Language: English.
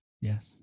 Yes